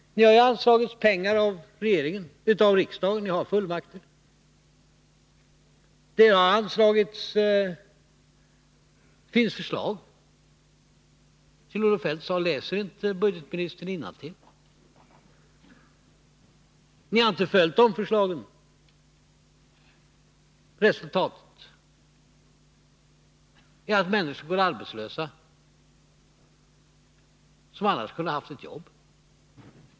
Det har anslagits pengar av regering och riksdag — ni har ju fullmakten. Det har anslagits pengar, och det finns förslag. Kjell-Olof Feldt sade: Läser inte budgetministern innantill? Ni har inte följt de förslagen. Resultatet är att människor som annars kunde ha haft ett jobb går arbetslösa.